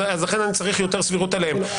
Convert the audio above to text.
לכן אני צריך יותר סבירות עליהם.